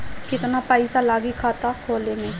केतना पइसा लागी खाता खोले में?